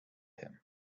him